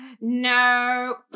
no